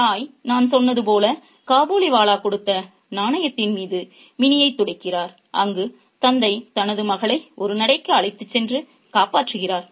தாய் நான் சொன்னது போல் காபூலிவாலா கொடுத்த நாணயத்தின் மீது மினியைத் துடைக்கிறார் அங்கு தந்தை தனது மகளை ஒரு நடைக்கு அழைத்துச் சென்று காப்பாற்றுகிறார்